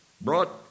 brought